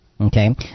Okay